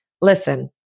listen